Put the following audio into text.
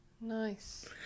Nice